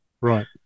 Right